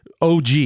OG